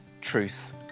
truth